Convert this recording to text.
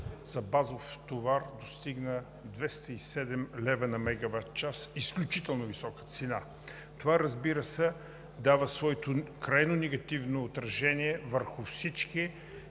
за базов товар достигна 207 лв. на мегават час – изключително висока цена. Това, разбира се, дава своето крайно негативно отражение върху всички